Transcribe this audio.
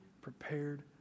prepared